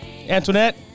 Antoinette